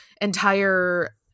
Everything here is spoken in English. entire